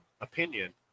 opinion